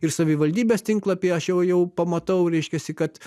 ir savivaldybės tinklapyje aš jau jau pamatau reiškiasi kad